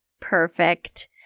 Perfect